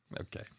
Okay